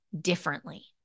differently